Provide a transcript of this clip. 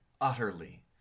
utterly